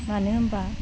मानो होमब्ला